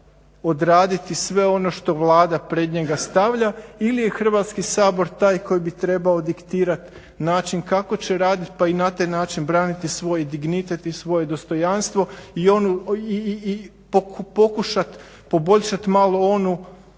mora odraditi sve ono što Vlada pred njega stavlja ili je Hrvatski sabor taj koji bi trebao diktirati način kako će radit pa i na taj način branit svoj dignitet i svoje dostojanstvo i pokušat poboljšat malo onu